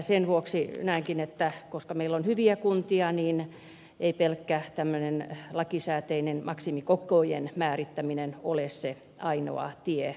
sen vuoksi näenkin että koska meillä on hyviä kuntia niin ei pelkkä tämmöinen lakisääteinen maksimikokojen määrittäminen ole se ainoa tie